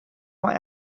mae